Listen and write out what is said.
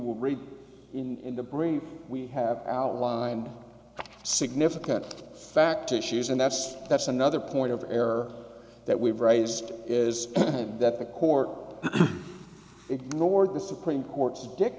will read in the brief we have outlined significant fact issues and that's that's another point of error that we've raised is that the court ignored the supreme court's dick